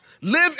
live